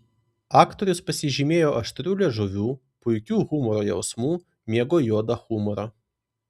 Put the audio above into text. aktorius pasižymėjo aštriu liežuviu puikiu humoro jausmu mėgo juodą humorą